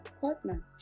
partner